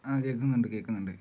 ആ കേൾക്കുന്നുണ്ട് കേൾക്കുന്നുണ്ട്